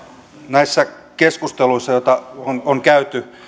näissä keskusteluissa joita on on käyty